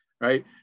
Right